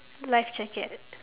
lifejacket